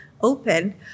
open